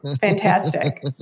Fantastic